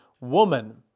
woman